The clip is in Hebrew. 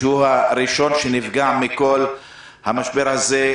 שהוא הראשון שנפגע מכל המשבר הזה,